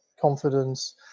confidence